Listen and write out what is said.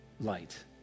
light